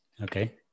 Okay